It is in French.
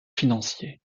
financier